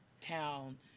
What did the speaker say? town